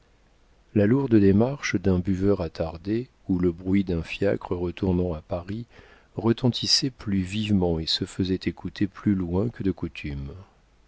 la lourde démarche d'un buveur attardé ou le bruit d'un fiacre retournant à paris retentissaient plus vivement et se faisaient écouter plus loin que de coutume